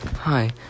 Hi